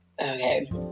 Okay